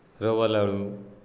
रवा लाडू